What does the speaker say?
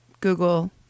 Google